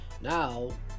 Now